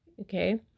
Okay